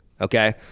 okay